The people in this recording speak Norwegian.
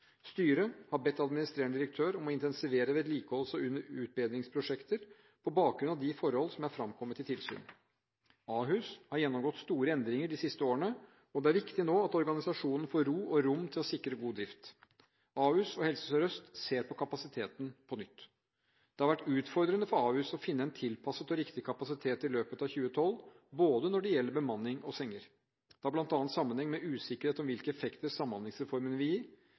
Styret har bedt administrerende direktør om å intensivere vedlikeholds- og utbedringsprosjekter på bakgrunn av de forhold som er framkommet i tilsyn. Ahus har gjennomgått store endringer de siste årene, og det er nå viktig at organisasjonen får ro og rom til å sikre god drift. Ahus og Helse Sør-Øst ser på kapasiteten på nytt. Det har vært utfordrende for Ahus å finne en tilpasset og riktig kapasitet i løpet av 2012 når det gjelder bemanning og senger. Det har bl.a. sammenheng med usikkerhet om hvilke effekter samhandlingsreformen ville gi,